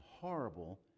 horrible